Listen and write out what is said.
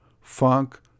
Funk